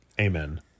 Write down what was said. Amen